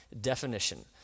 definition